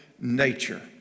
nature